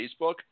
facebook